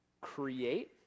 create